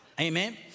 Amen